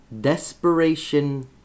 Desperation